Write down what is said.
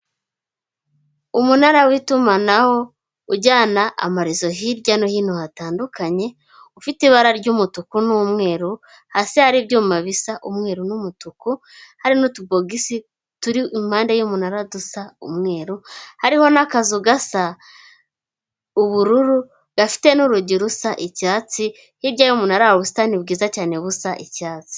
Umunara w'itumanaho ujyana amarezo hirya no hino hatandukanye, ufite ibara ry'umutuku n'umweru, hasi hari ibyuma bisa umweru n'umutuku, hari n'utubogisi turi impande y'umunara dusa umweru, hariho n'akazu gasa ubururu gafite n'urugi rusa icyatsi, hirya y'umunara hari ubusitani bwiza cyane busa icyatsi.